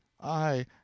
I